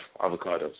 avocados